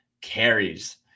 carries